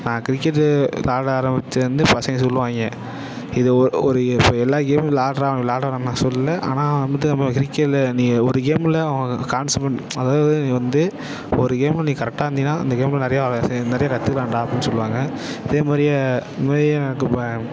நான் கிரிக்கெட்டு பார்க்க ஆரம்மிச்சதுலேந்து பசங்கள் சொல்லுவாங்க இது ஒ ஒரு இப்போ எல்லா கேமும் விளாட்றோம் விளாட வேணாம் சொல்லலை ஆனால் வந்துட்டு நம்ம கிரிக்கெட்ல நீ ஒரு கேம்ல கான்ஸபண்ட் அதாவது வந்து ஒரு கேம்ல நீ கரெக்டாக இருந்தின்னால் அந்த கேம்ல நிறையா வ சி நிறைய கற்றுக்கலான்டா அப்புடின்னு சொல்லுவாங்கள் இதே மாதிரியே இது மாதிரி எனக்கு இப்போ